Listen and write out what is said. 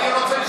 אני רוצה לשמוע,